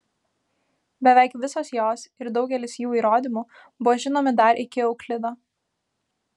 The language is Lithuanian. beveik visos jos ir daugelis jų įrodymų buvo žinomi dar iki euklido